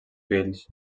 fills